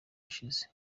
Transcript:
yashize